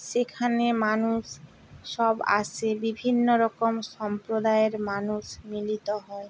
সেখানে মানুষ সব আসে বিভিন্ন রকম সম্প্রদায়ের মানুষ মিলিত হয়